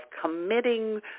committing